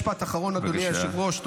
משפט אחרון, אדוני היושב-ראש.